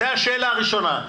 זאת השאלה הראשונה.